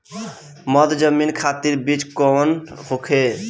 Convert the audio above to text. मध्य जमीन खातिर बीज कौन होखे?